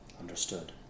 Understood